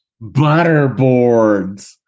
Butterboards